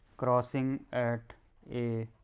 crossing at a